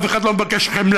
אף אחד לא מבקש חמלה.